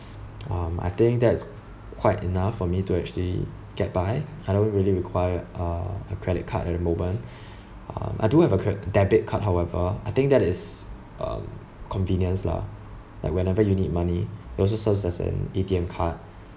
um I think that's quite enough for me to actually get by I don't really require uh a credit card at the moment uh I do have a cre~ debit card however I think that is um convenience lah like whenever you need money it also serves as an A_T_M card